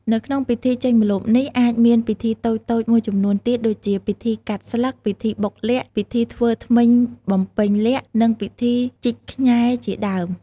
នៅក្នុងពិធីចេញម្លប់នេះអាចមានពិធីតូចៗមួយចំនួនទៀតដូចជា ពិធីកាត់ស្លឹក ពិធីបុកល័ក្ត ពិធីធ្វើធ្មេញបំពេញលក្ខណ៍ និងពិធីជីកខ្ញែជាដើម។